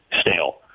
stale